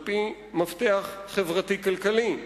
על-פי מפתח חברתי כלכלי.